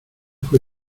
fué